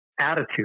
attitude